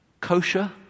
kosher